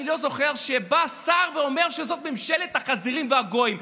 אני לא זוכר שבא שר ואומר שזאת ממשלת החזירים והגויים.